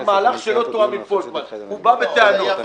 מהלך שלא תואם עם פולקמן והוא בא בטענות.